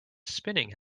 spinning